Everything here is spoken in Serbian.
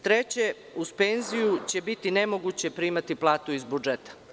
Treće, uz penziju će biti nemoguće primati platu iz budžeta.